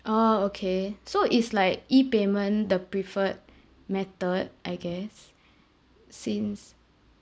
orh okay so is like E payment the preferred method I guess since